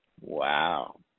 Wow